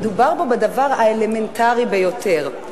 מדובר פה בדבר האלמנטרי ביותר,